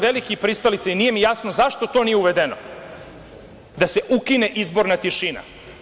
Veliki sam pristalica i nije mi jasno zašto to nije uvedeno da se ukine izborna tišina.